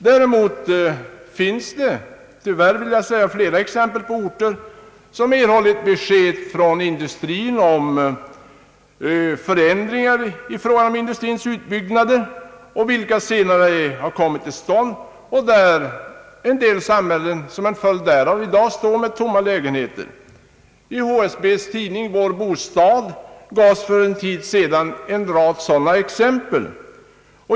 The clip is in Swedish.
Däremot finns det, tyvärr, flera exempel på orter som erhållit besked från industrin om förändring i fråga om industrins utbyggnader, vilka senare ej har kommit till stånd, något som haft till följd att en del samhällen i dag står med tomma lägenheter. I HSB:s tidning Vår bostad gavs för en tid sedan en rad sådana exempel.